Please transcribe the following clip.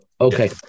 Okay